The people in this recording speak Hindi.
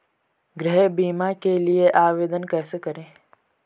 गृह बीमा के लिए आवेदन कैसे करें?